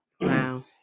Wow